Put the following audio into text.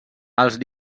els